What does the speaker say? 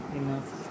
enough